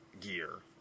gear